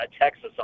Texas